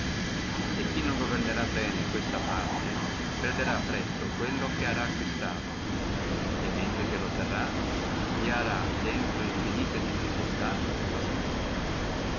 e chi non governerà bene questa parte perderà presto quello che arà acquistato e mentre che lo terrà vi arà dentro infinite difficultà e fastidii